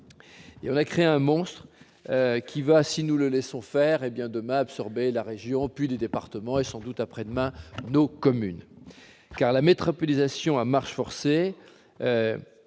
la mode -, un monstre qui va, si nous le laissons faire, absorber demain la région, puis les départements, et sans doute après-demain nos communes. En effet, la métropolisation à marche forcée,